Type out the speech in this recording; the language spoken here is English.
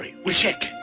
we'll check.